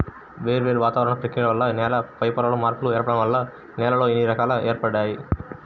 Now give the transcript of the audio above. వేర్వేరు వాతావరణ ప్రక్రియల వల్ల నేల పైపొరల్లో మార్పులు ఏర్పడటం వల్ల నేలల్లో ఇన్ని రకాలు ఏర్పడినియ్యి